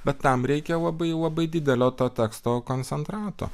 bet tam reikia labai labai didelio to teksto koncentrato